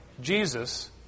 Jesus